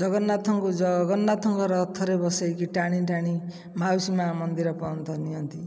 ଜଗନ୍ନାଥଙ୍କୁ ଜଗନ୍ନାଥଙ୍କ ରଥରେ ବସେଇକି ଟାଣି ଟାଣି ମାଉସୀ ମା' ମନ୍ଦିର ପର୍ଯ୍ୟନ୍ତ ନିଅନ୍ତି